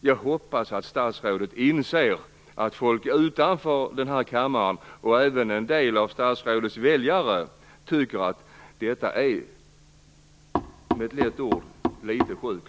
Jag hoppas att statsrådet inser att folk utanför denna kammare, och även en del av statsrådets väljare, tycker att detta är litet sjukt.